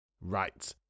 Right